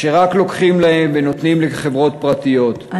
כשרק לוקחים להם ונותנים לחברות פרטיות,